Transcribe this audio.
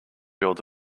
build